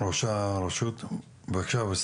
ראש מועצת ג'וליס, בבקשה.